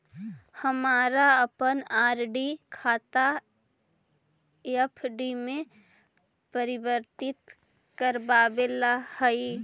हमारा अपन आर.डी खाता एफ.डी में परिवर्तित करवावे ला हई